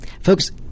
Folks